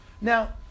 now